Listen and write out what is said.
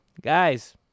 Guys